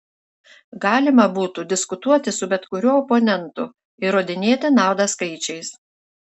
galima būtų diskutuoti su bet kuriuo oponentu įrodinėti naudą skaičiais